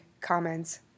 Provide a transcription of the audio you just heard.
comments